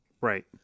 Right